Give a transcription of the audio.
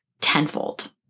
tenfold